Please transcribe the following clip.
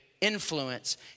influence